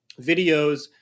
videos